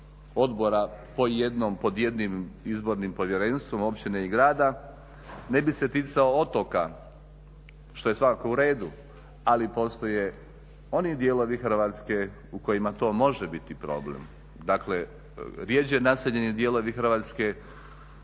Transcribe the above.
odbora pod jednim izbornim povjerenstvom općine i grada ne bi se ticao otoka, što je svakako uredu, ali postoje oni dijelovi Hrvatske u kojima to može biti problem. dakle rjeđe naseljeni dijelovi Hrvatske